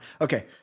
okay